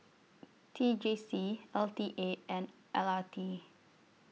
T J C L T A and L R T